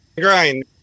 grind